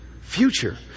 future